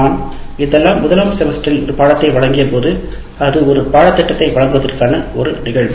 நான் 1 செமஸ்டரில் ஒரு பாடத்தை வழங்கியபோது அது ஒரு பாடத்திட்டத்தை வழங்குவதற்கான ஒரு நிகழ்வு